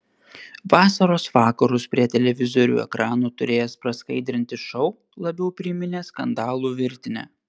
vasaros vakarus prie televizorių ekranų turėjęs praskaidrinti šou labiau priminė skandalų virtinę